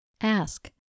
Ask